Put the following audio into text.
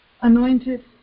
anointed